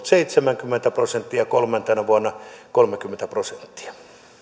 seitsemänkymmentä prosenttia ja kolmantena vuonna kolmekymmentä prosenttia